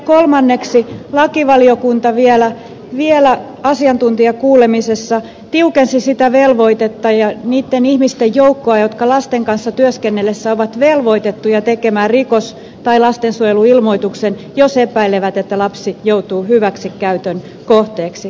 kolmanneksi lakivaliokunta vielä asiantuntijakuulemisessa tiukensi sitä velvoitetta ja niitten ihmisten joukkoa jotka lasten kanssa työskennellessään ovat velvoitettuja tekemään rikos tai lastensuojeluilmoituksen jos he epäilevät että lapsi joutuu hyväksikäytön kohteeksi